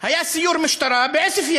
היה סיור משטרה בעוספיא